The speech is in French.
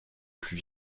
plus